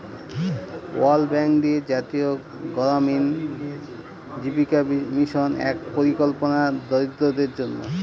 world Bank দিয়ে জাতীয় গড়ামিন জীবিকা মিশন এক পরিকল্পনা দরিদ্রদের জন্য